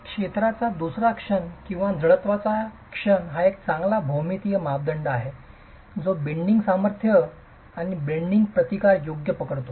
क्षेत्राचा दुसरा क्षण किंवा जडत्वचा क्षण हा एक चांगला भौमितीय मापदंड आहे जो बेंडिंग सामर्थ्य बेंडिंग प्रतिकार योग्य पकडतो